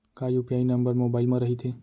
का UPI number mobile म रहिथे?